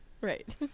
Right